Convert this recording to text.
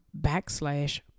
backslash